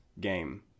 game